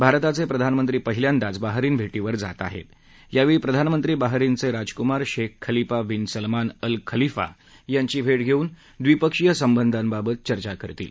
भारताच प्रधानमंत्री पहिल्यांदाच बहारिन भटींवर जात आहर्त यावर्छी प्रधानमंत्री बहारिनचशिजकुमार शख्व Khalifa bin Salman Al Khalifa यांची भटीघस्छिन ड्रिपक्षीय संबंधाबाबत चर्चा करतील